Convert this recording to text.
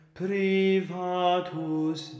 privatus